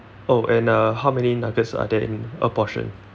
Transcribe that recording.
oh and uh how many nuggets are there in a portion